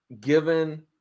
given